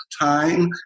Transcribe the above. time